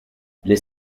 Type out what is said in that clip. les